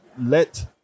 let